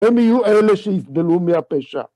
הם יהיו אלה שיסבלו מהפשע.